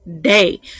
day